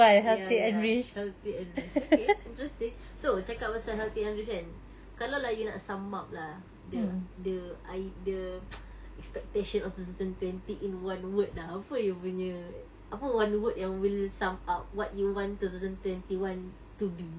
ya ya healthy and rich okay interesting so cakap pasal healthy and rich kan kalau lah you nak sum up lah the the I the expectation of two thousand twenty in one word lah apa you punya apa one word yang will sum up what you want two thousand twenty one to be